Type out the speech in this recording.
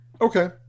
Okay